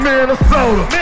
Minnesota